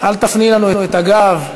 אל תפני לנו את הגב.